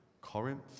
Corinth